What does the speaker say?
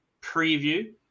preview